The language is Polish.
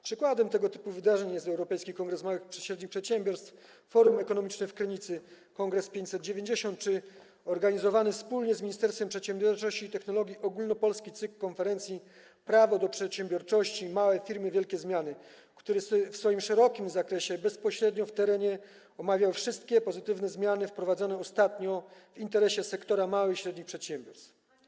Przykładem tego typu wydarzeń jest Europejski Kongres Małych i Średnich Przedsiębiorstw, Forum Ekonomiczne w Krynicy, Kongres 590 czy organizowany wspólnie z Ministerstwem Przedsiębiorczości i Technologii ogólnopolski cykl konferencji „Prawo do przedsiębiorczości - małe firmy, wielkie zmiany”, w ramach którego w szerokim zakresie bezpośrednio w terenie omawiano wszystkie pozytywne zmiany wprowadzone ostatnio w interesie sektora małych i średnich przedsiębiorstw.